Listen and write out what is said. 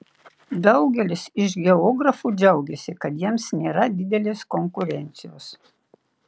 daugelis iš geografų džiaugiasi kad jiems nėra didelės konkurencijos